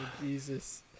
Jesus